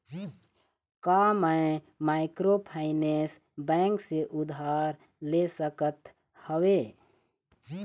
का मैं microfinance bank से उधार ले सकत हावे?